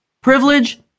Privilege